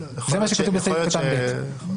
לא,